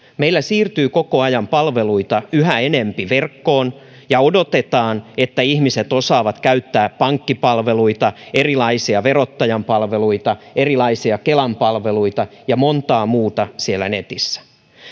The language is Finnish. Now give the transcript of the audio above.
meillä siirtyy koko ajan palveluita yhä enempi verkkoon ja odotetaan että ihmiset osaavat käyttää pankkipalveluita erilaisia verottajan palveluita erilaisia kelan palveluita ja montaa muuta siellä netissä